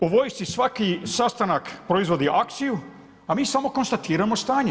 U vojsci svaki sastanak proizvodi akciju, a mi samo konstatiramo stanje.